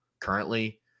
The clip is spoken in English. currently